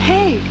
Hey